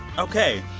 ok.